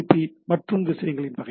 B மற்றும் விஷயங்கள் வகை